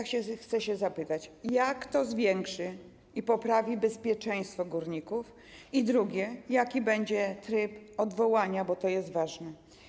Chcę się zapytać, jak to zwiększy i poprawi bezpieczeństwo górników, i po drugie, jaki będzie tryb odwołania, bo to jest ważne.